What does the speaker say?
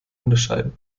unterscheiden